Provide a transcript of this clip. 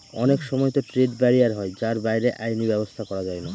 অনেক সময়তো trade barrier হয় যার বাইরে আইনি ব্যাবস্থা করা যায়না